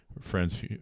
friends